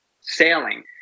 sailing